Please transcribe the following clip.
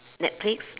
netflix